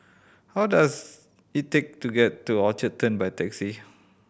how does it take to get to Orchard Turn by taxi